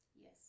Yes